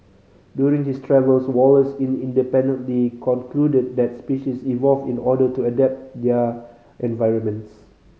during his travels Wallace in independently concluded that species evolve in order to adapt their environments